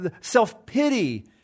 Self-pity